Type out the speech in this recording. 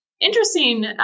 interesting